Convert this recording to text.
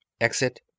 Exit